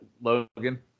Logan